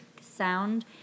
sound